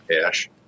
cash